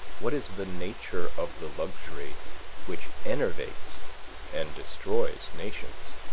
what is the nature of the luxury which enervates and destroys nations?